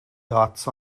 dots